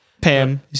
Pam